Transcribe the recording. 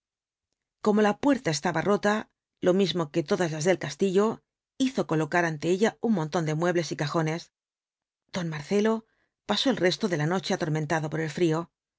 como la puerta estaba rota lo mismo que todas las del castillo hizo colocar ante ella un montón de muebles y cajones don marcelo pasó el resto de la noche atormentado por el frío